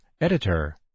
Editor